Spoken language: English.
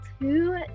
two